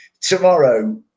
tomorrow